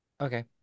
Okay